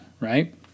right